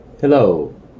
Hello